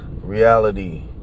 reality